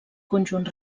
conjunt